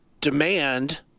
demand